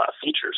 features